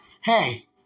hey